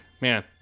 man